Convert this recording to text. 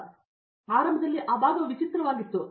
ಆದ್ದರಿಂದ ಆರಂಭದಲ್ಲಿ ಆ ಭಾಗವು ವಿಚಿತ್ರವಾಗಿತ್ತು ಎಂದು ಅರ್ಥ